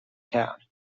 town